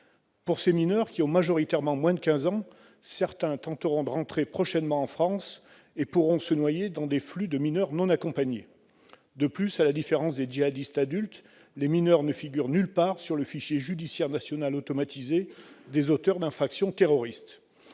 de ces mineurs, qui ont majoritairement moins de 15 ans, tenteront de rentrer prochainement en France et pourront se noyer dans le flux des mineurs non accompagnés. De plus, à la différence des djihadistes adultes, les mineurs ne figurent pas sur le fichier judiciaire national automatisé des auteurs d'infractions terroristes.